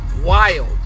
Wild